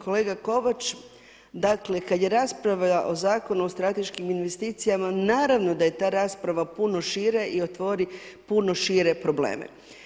Uvaženi kolega Kovač, dakle, kad je rasprava o Zakonu o strateškim investicijama, naravno da je ta rasprava puno šire i otvori puno šire probleme.